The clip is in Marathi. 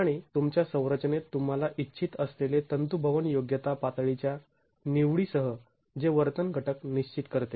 आणि तुमच्या संरचनेत तुम्हाला इच्छित असलेले तंतूभवन योग्यता पातळीच्या निवडीसह जे वर्तन घटक निश्चित करते